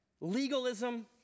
legalism